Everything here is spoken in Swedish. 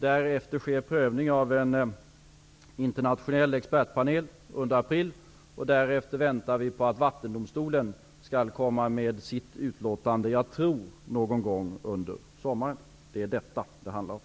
Därefter sker en prövning av en internationell expertpanel under april. Sedan väntar vi på att Vattendomstolen skall komma med sitt utlåtande, någon gång under sommaren. Det är detta det handlar om.